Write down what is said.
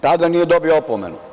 Tada nije dobio opomenu.